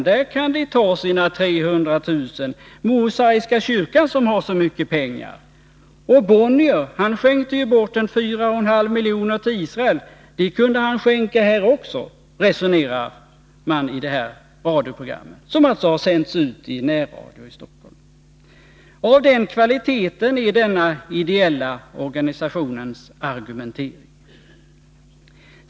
Där kan de ta sina 300 000 kr. ———- mosaiska kyrkan som har så mycket pengar - och Bonnier han skänkte ju bort en 4,5 miljoner till Israel. De kunde han skänka här också.” Så resonerar man i det här radioprogrammet, som alltså har sänts ut i närradion i Stockholm. Av den kvaliteten är denna ideella organisations argumentering.